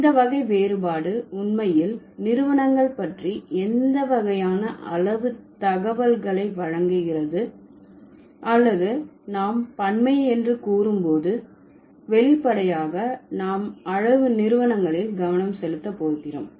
இந்த வகை வேறுபாடு உண்மையில் நிறுவனங்கள் பற்றி எந்த வகையான அளவு தகவல்களை வழங்குகிறது அல்லது நாம் பன்மை என்று கூறும் போது வெளிப்படையாக நாம் அளவு நிறுவனங்களில் கவனம் செலுத்துகிறோம்